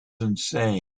insane